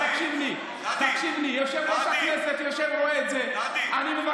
גדי, גדי, גדי, הגב,